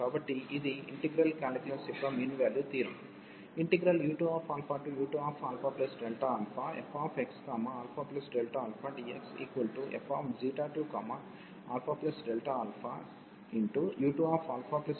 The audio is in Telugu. కాబట్టి ఇది ఇంటెగ్రల్ కాలిక్యులస్ యొక్క మీన్ వాల్యూ థియోరమ్